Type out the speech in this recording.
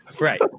Right